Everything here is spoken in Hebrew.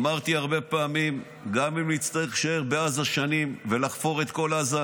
אמרתי הרבה פעמים: גם אם נצטרך להישאר בעזה שנים ולחפור את כל עזה,